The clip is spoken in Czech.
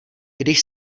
když